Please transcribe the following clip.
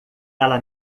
ela